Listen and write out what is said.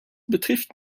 betrifft